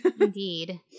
Indeed